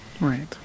Right